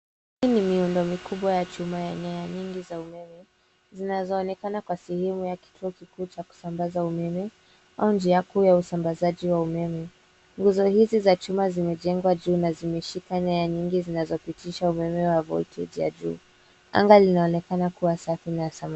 Hii ni miundo miKubwa ya chuma za nyaya za umeme zinaoonekana kwa sehemu kuu ya kituo cha kusambaza umeme au njia kuu ya usambazaji wa umeme na zimeshika nyaya nyingi zenye[cs ] volteji ya juu [cs ]. Anga linaonekana safi na samawati .